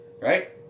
right